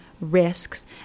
risks